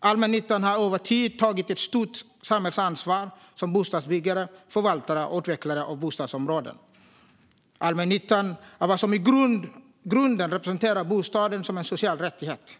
Allmännyttan har över tid tagit ett stort samhällsansvar som bostadsbyggare, förvaltare och utvecklare av bostadsområden. Allmännyttan är vad som i grunden representerar bostaden som en social rättighet.